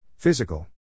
Physical